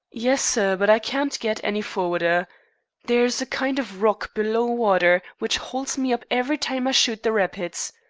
yes, sir but i can't get any forrarder. there's a kind of rock below water which holds me up every time i shoot the rapids.